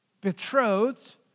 betrothed